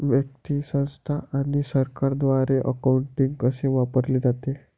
व्यक्ती, संस्था आणि सरकारद्वारे अकाउंटिंग कसे वापरले जाते